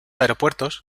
aeropuertos